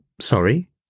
sorry